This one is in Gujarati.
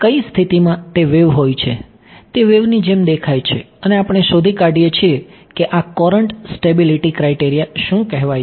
કઈ સ્થિતિમાં તે વેવ હોય છે તે વેવની જેમ દેખાય છે અને આપણે શોધી કાઢીએ છીએ કે આ કોરન્ટ સ્ટેબિલિટી ક્રાઇટેરિયા શું કહેવાય છે